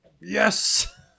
yes